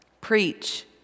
Preach